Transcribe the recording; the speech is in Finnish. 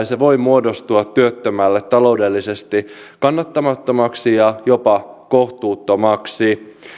se voi muodostua työttömälle taloudellisesti kannattamattomaksi ja jopa kohtuuttomaksi